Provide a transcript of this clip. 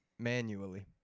manually